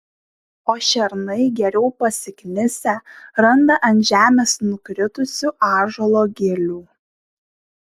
o šernai geriau pasiknisę randa ant žemės nukritusių ąžuolo gilių